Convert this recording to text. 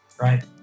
right